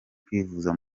kwivuza